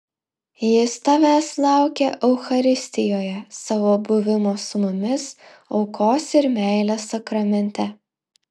jis tavęs laukia eucharistijoje savo buvimo su mumis aukos ir meilės sakramente